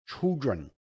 children